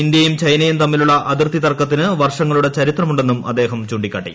ഇന്ത്യയും ചൈനയും തമ്മിലുള്ള അതിർത്തി തർക്കത്തിന് വർഷങ്ങളുടെ ചരിത്രമുണ്ടെന്നും അദ്ദേഹം ചുണ്ടിക്കാട്ടി